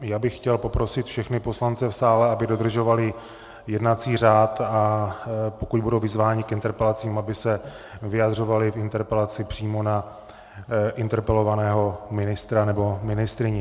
Já bych chtěl poprosit všechny poslance v sále, aby dodržovali jednací řád, a pokud budou vyzváni k interpelacím, aby se vyjadřovali k interpelaci přímo na interpelovaného ministra nebo ministryni.